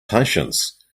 patience